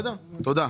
תודה.